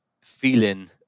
feeling